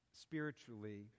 spiritually